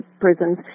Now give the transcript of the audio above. prisons